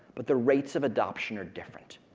but the rates of adoption are different.